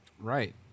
Right